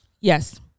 Yes